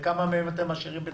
כמה מהם אתם משאירים בתפקידים?